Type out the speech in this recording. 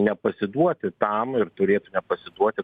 nepasiduoti tam ir turėtų nepasiduoti